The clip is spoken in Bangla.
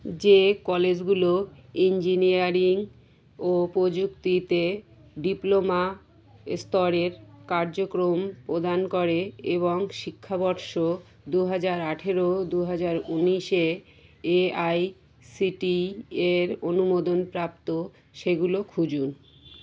যে কলেজগুলো ইঞ্জিনিয়ারিং ও যুক্তিতে ডিপ্লোমা স্তরের কার্যক্রম প্রদান করে এবং শিক্ষাবর্ষ দু হাজার আঠেরো দু হাজার উনিশে এ আই সি টি এর অনুমোদনপ্রাপ্ত সেগুলো খুঁজুন